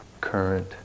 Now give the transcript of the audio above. current